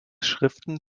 schriften